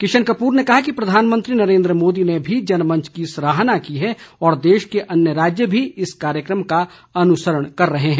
किशन कप्र ने कहा कि प्रधानमंत्री नरेन्द्र मोदी ने भी जनमंच की सराहना की है और देश के अन्य राज्य भी इस कार्यक्रम का अनुसरण कर रहे हैं